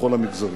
בכל המגזרים.